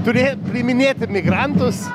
turėjo priiminėti migrantus